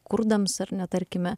kurdams ar ne tarkime